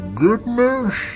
goodness